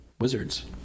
wizards